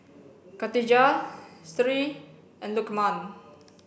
khatijah Sri and Lukman